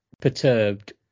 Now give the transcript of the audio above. perturbed